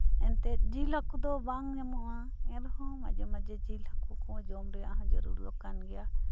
ᱮᱱᱛᱮᱫ ᱡᱤᱞ ᱦᱟᱹᱠᱩ ᱫᱚ ᱵᱟᱝ ᱧᱟᱢᱚᱜᱼᱟ ᱮᱱᱨᱮᱦᱚᱸ ᱢᱟᱡᱷᱮ ᱢᱟᱡᱷᱮ ᱡᱤᱞ ᱦᱟᱹᱠᱩ ᱠᱚᱸᱦᱚ ᱡᱚᱢ ᱨᱮᱭᱟᱜ ᱫᱚ ᱡᱟᱹᱨᱩᱲ ᱫᱚ ᱠᱟᱱ ᱜᱮᱭᱟ